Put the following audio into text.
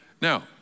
Now